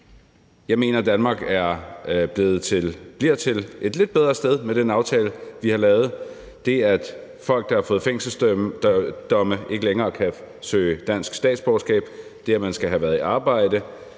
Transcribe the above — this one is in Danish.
Jeg mener, at Danmark bliver til et lidt bedre sted med den aftale, vi har lavet – det, at folk, der har fået fængselsdomme, ikke længere kan søge dansk statsborgerskab, det, at man skal have været i arbejde,